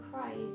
Christ